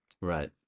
Right